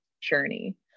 journey